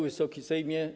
Wysoki Sejmie!